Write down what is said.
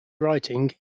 writing